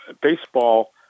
baseball